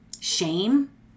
shame